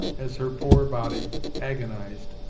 as her poor body agonised,